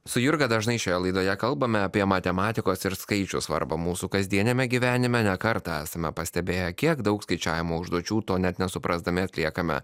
su jurga dažnai šioje laidoje kalbame apie matematikos ir skaičių svarbą mūsų kasdieniame gyvenime ne kartą esame pastebėję kiek daug skaičiavimo užduočių to net nesuprasdami atliekame